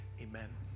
Amen